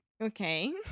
Okay